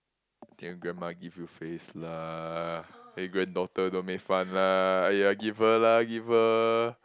then grandma give you face lah hey granddaughter don't make fun lah !aiya! give her lah give her